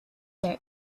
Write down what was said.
their